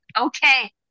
okay